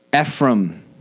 Ephraim